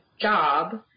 job